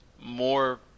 more